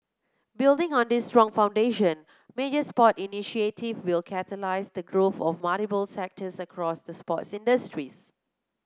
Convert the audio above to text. building on this strong foundation major sport initiative will catalyse the growth of multiple sectors across the sports industry